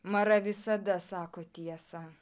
mara visada sako tiesą